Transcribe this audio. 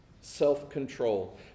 self-control